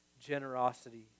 generosity